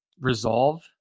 resolve